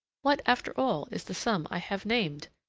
what, after all, is the sum i have named?